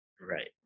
Right